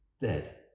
dead